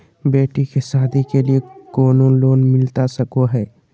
बेटी के सादी के लिए कोनो लोन मिलता सको है?